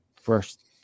first